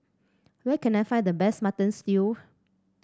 where can I find the best Mutton Stew